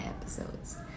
episodes